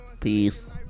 Peace